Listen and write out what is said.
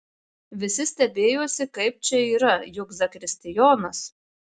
visi stebėjosi kaip čia yra juk zakristijonas